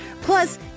plus